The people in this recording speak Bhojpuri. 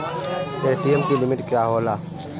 ए.टी.एम की लिमिट का होला?